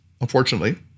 unfortunately